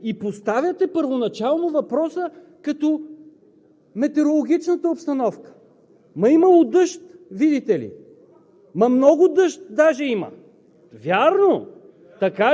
холовете и мазетата! И тук Вие седите и поставяте първоначално въпроса като метеорологичната обстановка! Ама имало дъжд, видите ли!